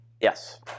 yes